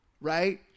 right